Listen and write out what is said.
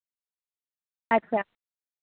अच्छा